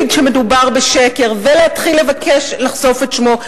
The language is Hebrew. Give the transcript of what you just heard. שמדובר בשקר ולהתחיל לבקש לחשוף את שמו?